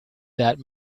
that